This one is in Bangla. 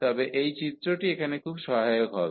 তবে এই চিত্রটি এখানে খুব সহায়ক হবে